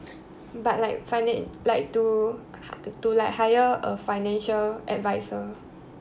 but like finan~ like to hi~ to like hire a financial advisor